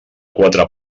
quatre